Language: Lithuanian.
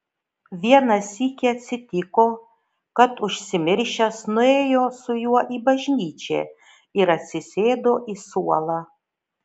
vieną sykį atsitiko kad užsimiršęs nuėjo su juo į bažnyčią ir atsisėdo į suolą